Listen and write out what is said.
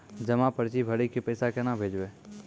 जमा पर्ची भरी के पैसा केना भेजबे?